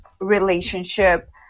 relationship